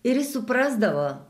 ir suprasdavo